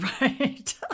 right